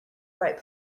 right